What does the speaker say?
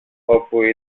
όπου